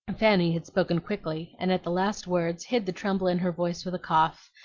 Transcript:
fanny had spoken quickly, and at the last words hid the tremble in her voice with a cough,